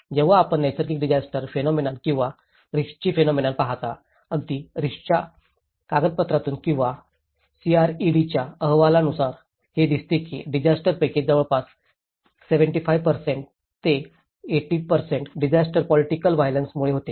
जेव्हा आपण नैसर्गिक डिसास्टर फेनॉमेनॉन किंवा रिस्कची फेनॉमेनॉन पाहता अगदी रिस्कच्या कागदपत्रातून किंवा सीआरईडीच्या अहवालांवरुनही हे दिसते की डिसास्टरपैकी जवळजवळ 75 ते 80 डिसास्टर पोलिटिकल व्हीओलेन्स मुळे होते